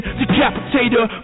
decapitator